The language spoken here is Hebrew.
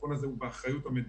השיטפון הזה הוא באחריות המדינה.